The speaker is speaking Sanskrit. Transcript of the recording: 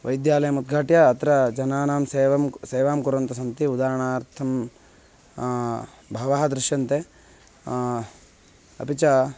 वैद्यालयमुद्घाट्य अत्र जनानां सेवां सेवां कुर्वन्तः सन्ति उदाहरणार्थं बहवः दृश्यन्ते अपि च